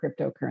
cryptocurrency